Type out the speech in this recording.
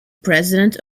president